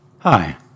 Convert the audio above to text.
Hi